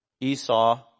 Esau